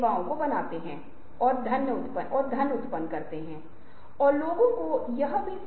तो ये कुछ अंक हैं और कुछ विधियाँ हैं अब हम कुछ अन्य तरीकों पर आएंगे